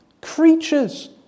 creatures